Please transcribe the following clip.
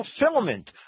fulfillment